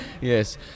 Yes